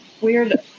weird